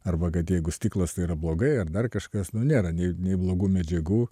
arba kad jeigu stiklas tai yra blogai ar dar kažkas nėra nei blogų medžiagų